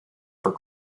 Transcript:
for